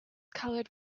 colored